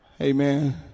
Amen